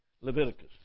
Leviticus